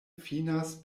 finas